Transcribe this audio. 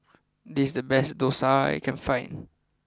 this is the best Dosa that I can find